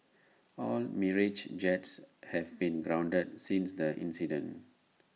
all Mirage jets have been grounded since the incident